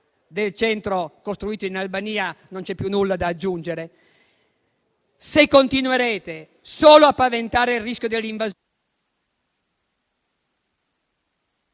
del centro costruito in Albania, non ci sia più nulla da aggiungere, se continuerete solo a paventare il rischio dell'invasione…